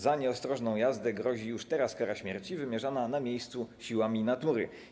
Za nieostrożną jazdę grozi już teraz kara śmierci wymierzana na miejscu siłami natury.